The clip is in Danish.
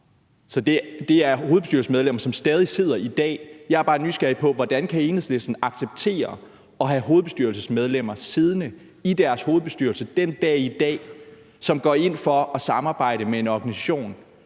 Så det er hovedbestyrelsesmedlemmer, som stadig sidder der i dag. Jeg er bare nysgerrig på: Hvordan kan Enhedslisten acceptere at have medlemmer siddende i deres hovedbestyrelse den dag i dag, som går ind for at samarbejde med en organisation,